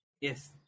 Yes